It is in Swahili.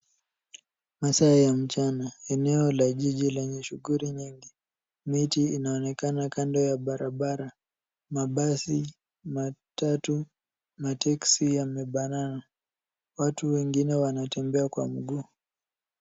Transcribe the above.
Masaa ya mchana, eneo la jiji lenye shughuli nyingi. Miti inaonekana kando ya barabara. Mabasi, matatu na teksi yamebanana. Watu wengine wanatembea kwa mguu.